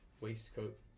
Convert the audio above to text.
waistcoat